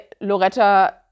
Loretta